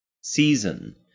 season